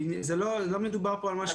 לא מדובר פה על משהו כלכלי.